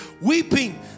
weeping